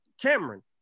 Cameron